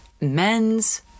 men's